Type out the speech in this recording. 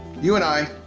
you and i.